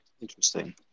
Interesting